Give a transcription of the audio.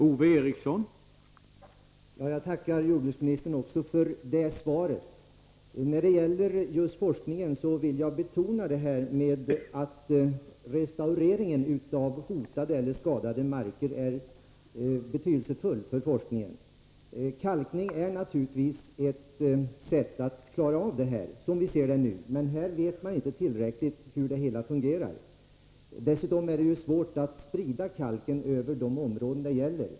Herr talman! Jag tackar också för det här svaret. När det gäller just forskningen vill jag betona att restaureringen av hotade och skadade marker är betydelsefull. Kalkning är naturligtvis ett sätt att klara av det här, som vi ser det nu, men vi vet inte tillräckligt mycket om hur det hela fungerar. Dessutom är det svårt att sprida kalken över de områden det gäller.